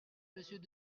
monsieur